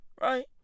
Right